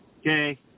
Okay